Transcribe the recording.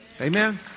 Amen